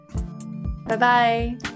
Bye-bye